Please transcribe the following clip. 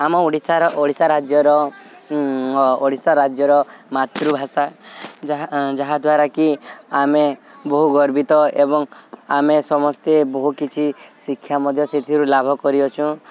ଆମ ଓଡ଼ିଶାର ଓଡ଼ିଶା ରାଜ୍ୟର ଓଡ଼ିଶା ରାଜ୍ୟର ମାତୃଭାଷା ଯାହା ଯାହାଦ୍ୱାରା କିି ଆମେ ବହୁ ଗର୍ବିତ ଏବଂ ଆମେ ସମସ୍ତେ ବହୁ କିଛି ଶିକ୍ଷା ମଧ୍ୟ ସେଥିରୁ ଲାଭ କରିଅଛୁ